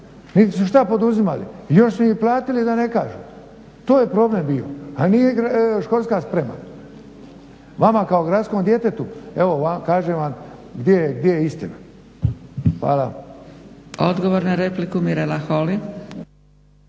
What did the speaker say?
su što poduzimali. Još su im i platili da ne kažu. To je problem bio, a nije školska sprema. Vama kao gradskom djetetu evo kažem vam gdje je istina. Hvala vam. **Zgrebec, Dragica